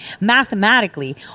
mathematically